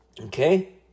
okay